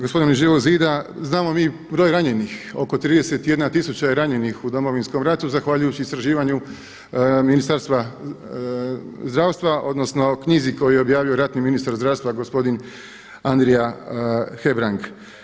Gospoda iz Živog zida znamo mi broj ranjenih oko 31000 je ranjenih u Domovinskom ratu zahvaljujući istraživanju Ministarstva zdravstva, odnosno knjizi koju je objavio ratni ministar zdravstva gospodin Andrija Hebrang.